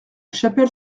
chapelle